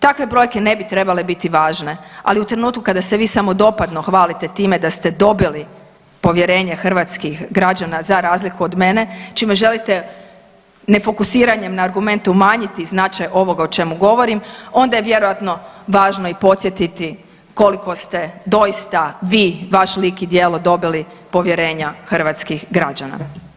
Takve brojke ne bi trebale biti važne, ali u trenutku kada se vi samodopadno hvalite time da ste dobili povjerenje hrvatskih građana za razliku od mene, čime želite ne fokusiranjem na argumente umanjiti značaj ovoga o čemu govorim onda je vjerojatno važno i podsjetiti koliko ste doista vi, vaš lik i djelo dobili povjerenja hrvatskih građana.